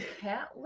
cat